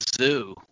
zoo